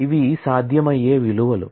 ఇవి సాధ్యమయ్యే విలువలు